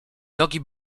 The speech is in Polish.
nogi